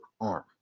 arm